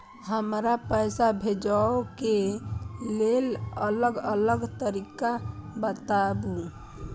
हमरा पैसा भेजै के लेल अलग अलग तरीका बताबु?